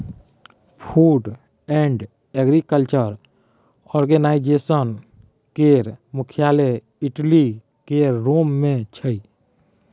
food and Agriculture Organization केर मुख्यालय Italy केर रोम मे छै